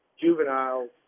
juveniles